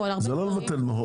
זה לא לבטל.